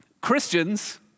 Christians